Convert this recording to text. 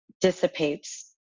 dissipates